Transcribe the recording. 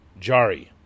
Jari